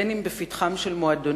בין אם בפתחם של מועדונים,